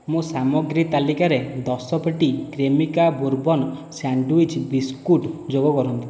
ମୋ ସାମଗ୍ରୀ ତାଲିକାରେ ଦଶ ପେଟି କ୍ରେମିକା ବୋର୍ବନ୍ ସ୍ୟାଣ୍ଡୱିଚ୍ ବିସ୍କୁଟ୍ ଯୋଗ କରନ୍ତୁ